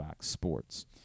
sports